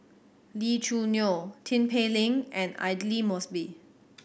Lee Choo Neo Tin Pei Ling and Aidli Mosbit